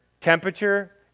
temperature